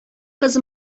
кыз